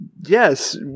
Yes